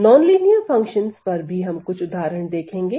अरैखिक function पर भी हम कुछ उदाहरण देखेंगे